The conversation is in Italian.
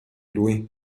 lui